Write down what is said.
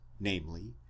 namely